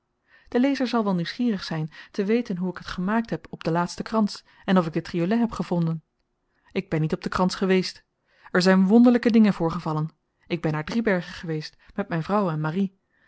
de lezer zal wel nieuwsgierig zyn te weten hoe ik t gemaakt heb op den laatsten krans en of ik den triolet heb gevonden ik ben niet op den krans geweest er zyn wonderlyke dingen voorgevallen ik ben naar driebergen geweest met myn vrouw en marie